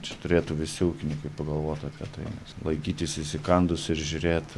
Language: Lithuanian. čia turėtų visi ūkininkai pagalvot apie tai nes laikytis įsikandus ir žiūrėti